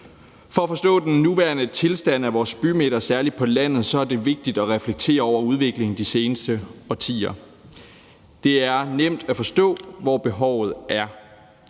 For at forstå den nuværende tilstand af vores bymidter, særlig på landet, er det vigtigt at reflektere over udviklingen de seneste årtier. Det er nemt at forstå, hvor behovet er.